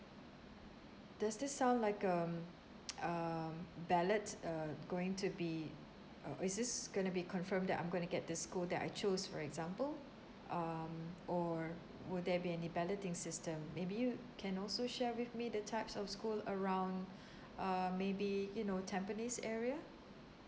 does this sound like um um ballot err going to be or is this gonna be confirmed that I'm gonna get the school that I choose for example um or will there be any balloting system maybe you can also share with me the types of school around uh maybe you know tampines area